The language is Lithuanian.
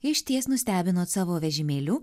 išties nustebinot savo vežimėliu